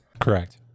Correct